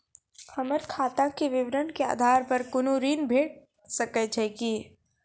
हमर खाता के विवरण के आधार प कुनू ऋण भेट सकै छै की?